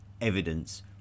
evidence